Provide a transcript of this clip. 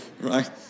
Right